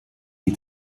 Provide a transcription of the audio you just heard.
die